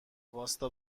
واستا